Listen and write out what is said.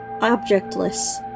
objectless